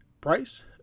price